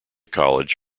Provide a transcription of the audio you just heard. college